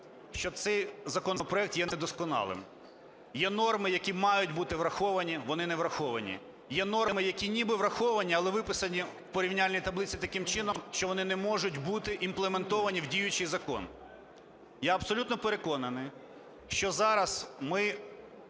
що цей законопроект є недосконалим. Є норми, які мають бути враховані, вони не враховані. Є норми, які ніби враховані, але виписані у порівняльній таблиці таким чином, що вони не можуть бути імплементовані в діючий закон. Я абсолютно переконаний, що зараз ми